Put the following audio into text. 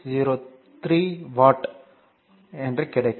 603 watt கிடைக்கும்